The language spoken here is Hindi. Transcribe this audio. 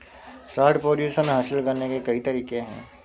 शॉर्ट पोजीशन हासिल करने के कई तरीके हैं